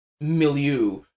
milieu